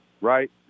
right